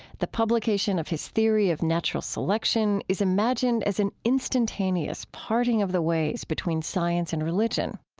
the publication of his theory of natural selection is imagined as an instantaneous parting of the ways between science and religion.